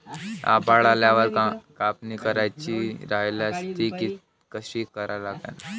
आभाळ आल्यावर कापनी करायची राह्यल्यास ती कशी करा लागन?